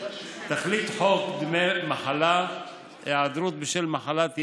תכלית חוק דמי מחלה (היעדרות בשל מחלת ילד)